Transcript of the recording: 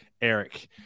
Eric